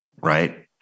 right